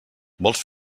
vols